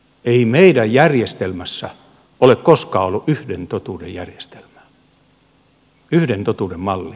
ei meidän järjestelmässämme ole koskaan ollut yhden totuuden järjestelmää yhden totuuden mallia